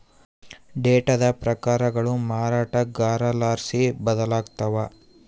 ಡೇಟಾದ ಪ್ರಕಾರಗಳು ಮಾರಾಟಗಾರರ್ಲಾಸಿ ಬದಲಾಗ್ತವ